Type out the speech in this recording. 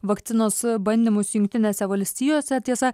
vakcinos bandymus jungtinėse valstijose tiesa